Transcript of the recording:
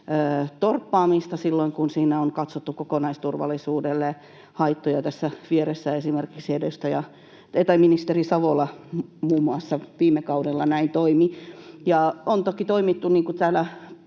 torppaamista silloin, kun siinä on katsottu kokonaisturvallisuudelle haittoja. Tässä vieressä esimerkiksi ministeri Savola muun muassa viime kaudella näin toimi. Ja on toki toimittu täällä